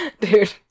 Dude